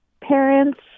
parents